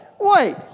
Wait